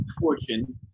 fortune